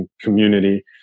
community